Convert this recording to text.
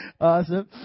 Awesome